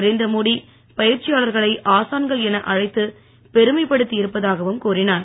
நரேந்திரமோடி பயிற்சியாளர்களை ஆசான்கள் என அழைத்து பெருமைப்படுத்தி இருப்பதாகவும் கூறினார்